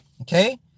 okay